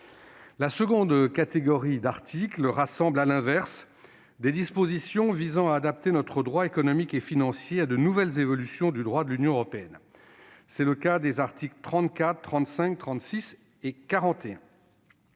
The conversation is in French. La seconde catégorie d'articles rassemble, à l'inverse, des dispositions visant à adapter notre droit économique et financier à de nouvelles évolutions du droit de l'Union européenne. C'est le cas des articles 34, 35, 36 et 41.